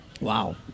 Wow